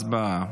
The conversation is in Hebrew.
הצבעה.